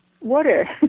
water